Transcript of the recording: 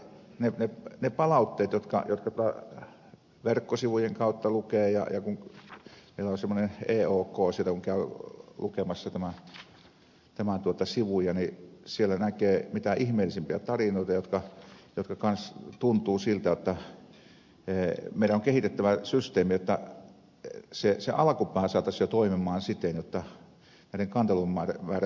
kun käy lukemassa palautteet jotka verkkosivujen kautta lukija ja joku ja jos voi lukea kun meillä on semmoinen eok niin siellä näkee mitä ihmeellisimpiä tarinoita jotka kans tuntuvat siltä jotta meidän on kehitettävä systeemi jotta se alkupää saataisiin jo toimimaan siten jotta kanteluiden määrä vähenisi